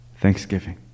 thanksgiving